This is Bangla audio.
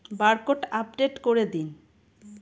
বারকোড আপডেট করে দিন?